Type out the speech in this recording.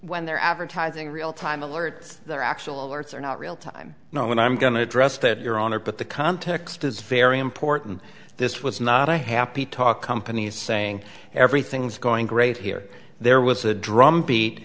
when they're advertising real time alerts or actual alerts are not real time when i'm going to address that your honor but the context is very important this was not a happy talk company's saying everything's going great here there was a drumbeat